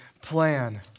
plan